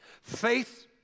Faith